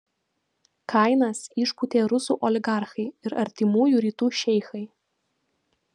kainas išpūtė rusų oligarchai ir artimųjų rytų šeichai